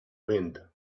wind